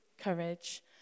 courage